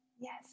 Yes